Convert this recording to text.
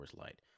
Light